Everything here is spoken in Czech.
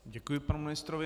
Děkuji panu ministrovi.